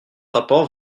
rapport